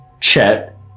Chet